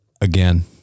again